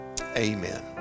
Amen